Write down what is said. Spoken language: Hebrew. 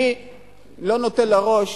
אני לא נותן לראש